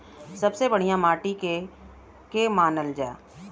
सबसे बढ़िया माटी के के मानल जा?